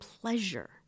pleasure